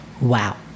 Wow